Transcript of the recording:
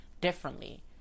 differently